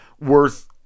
worth